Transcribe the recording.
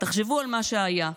תחשבו על מה שהיה: